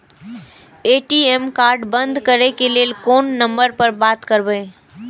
ATM card बंद करे के लेल कोन नंबर पर बात करबे?